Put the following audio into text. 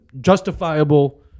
justifiable